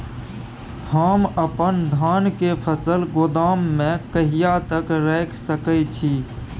हम अपन धान के फसल गोदाम में कहिया तक रख सकैय छी?